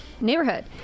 neighborhood